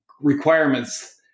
requirements